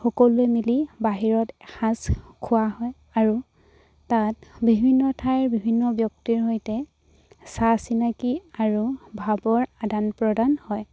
সকলোৱে মিলি বাহিৰত এসাঁজ খোৱা হয় আৰু তাত বিভিন্ন ঠাইৰ বিভিন্ন ব্যক্তিৰ সৈতে চা চিনাকি আৰু ভাৱৰ আদান প্ৰদান হয়